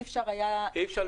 אי אפשר היה לחזות,